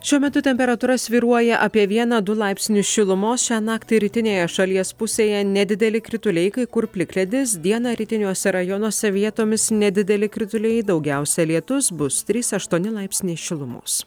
šiuo metu temperatūra svyruoja apie vieną du laipsnius šilumos šią naktį rytinėje šalies pusėje nedideli krituliai kai kur plikledis dieną rytiniuose rajonuose vietomis nedideli krituliai daugiausia lietus bus trys aštuoni laipsniai šilumos